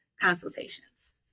consultations